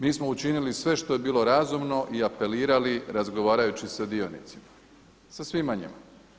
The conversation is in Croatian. Mi smo učinili sve što je bilo razumno i apelirali razgovarajući sa dionicima, sa svima njima.